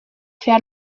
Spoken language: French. fait